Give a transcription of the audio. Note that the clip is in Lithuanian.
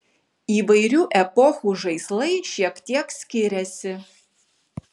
įvairių epochų žaislai šiek tiek skiriasi